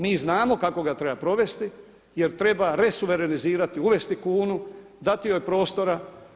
Mi znamo kako ga treba provesti jer treba resuverenizirati, uvesti kunu, dati joj prostora.